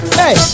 hey